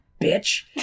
bitch